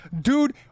dude